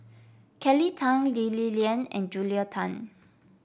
Kelly Tang Lee Li Lian and Julia Tan